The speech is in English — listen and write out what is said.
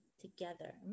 together